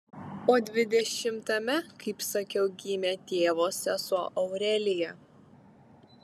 o dvidešimtame kaip sakiau gimė tėvo sesuo aurelija